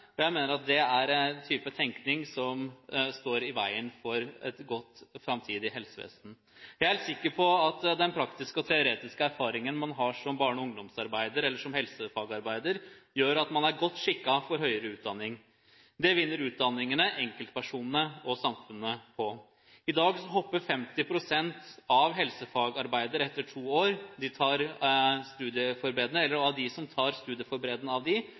Jeg mener at det er en type tenkning som står i veien for et godt framtidig helsevesen. Jeg er sikker på at den praktiske og teoretiske erfaringen man har som barne- og ungdomsarbeider eller som helsefagarbeider, gjør at man er godt skikket for høyere utdanning. Det vinner utdanningene, enkeltpersonene og samfunnet på. I dag hopper 50 pst. av helsefagarbeidere av etter to år, og av dem som tar studieforberedende, er det 20 pst. som